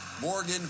Morgan